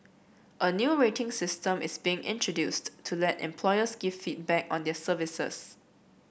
a new rating system is being introduced to let employers give feedback on their services